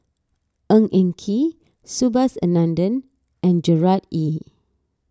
Ng Eng Kee Subhas Anandan and Gerard Ee